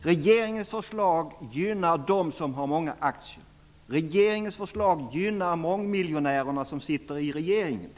Regeringens förslag gynnar dem som har många aktier. Regeringens förslag gynnar t.ex. de mångmiljonärer som sitter i regeringen.